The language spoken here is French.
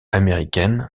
américaine